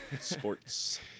Sports